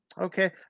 okay